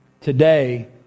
today